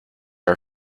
are